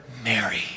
Mary